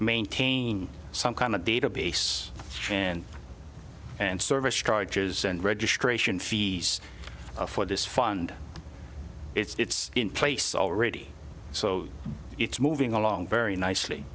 maintain some kind of database and service charges and registration fees for this fund it's in place already so it's moving along very nicely